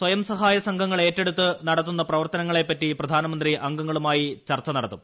സ്വയംസഹായ സംഘർട്ടൾ ഏറ്റെടുത്ത് നടത്തുന്ന പ്രവർത്തനങ്ങളെപ്പറ്റി പ്രിയാനമന്ത്രി അംഗങ്ങളുമായി ചർച്ച നടത്തും